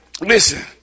Listen